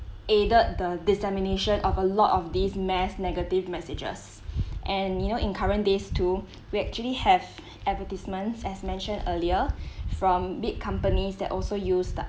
aided the dissemination of a lot of these mass negative messages and you know in current days too we actually have advertisements as mentioned earlier from big companies that also use the